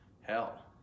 hell